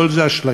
כל זה אשליות,